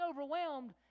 overwhelmed